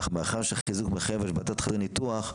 אך מאחר שהחיזוק מחייב השבתת חדרי ניתוח,